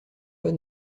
pas